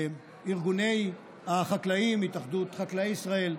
ארגוני החקלאים, התאחדות חקלאי ישראל,